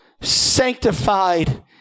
sanctified